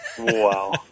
Wow